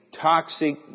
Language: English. toxic